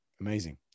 Amazing